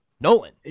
Nolan